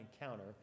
encounter